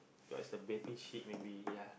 got is the baby sheep maybe ya